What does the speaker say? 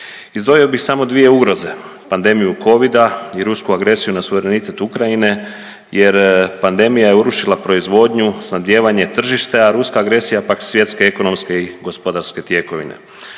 Izdvojio bih samo dvije ugroze, pandemiju covida i rusku agresiju na suverenitet Ukrajine jer pandemija je urušila proizvodnju i snabdijevanje tržišta, a ruska agresija pak svjetske, ekonomske i gospodarske tjekovine.